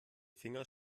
finger